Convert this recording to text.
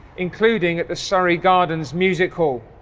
including at the surrey gardens music hall.